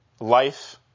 life